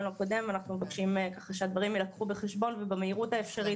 הקודם ואנחנו מבקשים שהדברים יילקחו בחשבון ובמהירות האפשרית